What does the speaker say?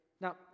now